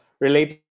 related